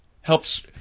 helps